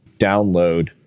download